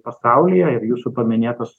pasaulyje ir jūsų paminėtas